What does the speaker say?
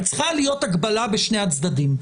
צריכה להיות הגבלה בשני הצדדים.